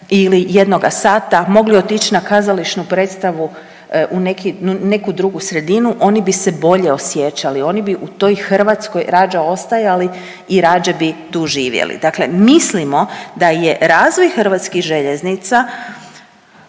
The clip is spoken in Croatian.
ili 1 sata mogli otići na kazališnu predstavku u neku drugu sredinu oni bi se bolje osjećali, oni bi u toj Hrvatskoj rađe ostajali i rađe bi tu živjeli. Dakle, mislimo da je razvoj Hrvatskih željeznica